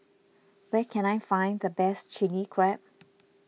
where can I find the best Chilli Crab